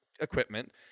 equipment